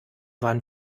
waren